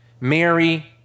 Mary